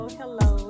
hello